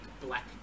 black